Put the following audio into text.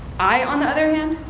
i, on the other hand,